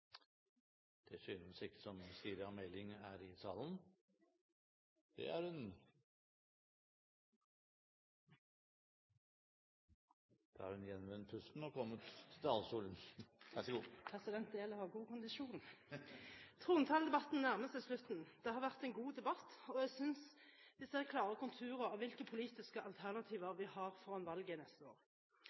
Det ser ikke ut til at hun er i salen. Jo. Da har hun gjenvunnet pusten og kommer på talerstolen. President, det gjelder å ha god kondisjon. Trontaledebatten nærmer seg slutten. Det har vært en god debatt. Jeg synes jeg ser klare konturer av hvilke politiske alternativer vi har foran valget neste år.